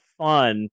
fun